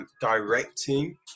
directing